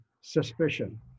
suspicion